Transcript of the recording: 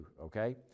okay